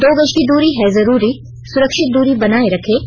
दो गज की दूरी है जरूरी सुरक्षित दूरी बनाए रखें